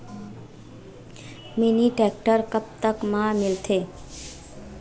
Mini tractor कतक म मिलथे?